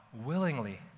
willingly